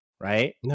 right